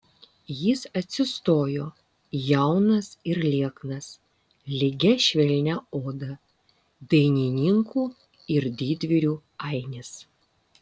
jis atsistojo jaunas ir lieknas lygia švelnia oda dainininkų ir didvyrių ainis